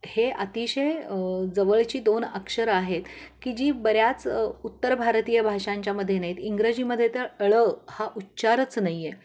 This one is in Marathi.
हे अतिशय जवळची दोन अक्षरं आहेत की जी बऱ्याच उत्तर भारतीय भाषांच्या मध्ये नाहीत इंग्रजीमध्ये तर ळ हा उच्चारच नाही आहे